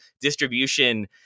distribution